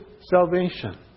salvation